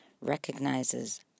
recognizes